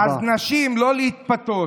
אז נשים, לא להתפתות.